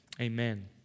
Amen